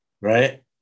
Right